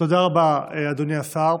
תודה רבה, אדוני השר.